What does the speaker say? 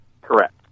Correct